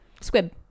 Squib